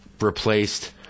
replaced